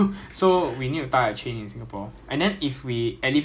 I mean I don't think my bullet is